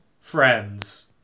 friends